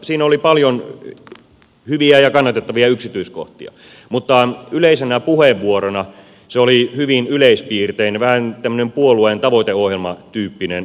siinä oli paljon hyviä ja kannatettavia yksityiskohtia mutta yleisenä puheenvuorona se oli hyvin yleispiirteinen vähän tämmöinen puolueen tavoiteohjelma tyyppinen puheenvuoro